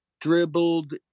dribbled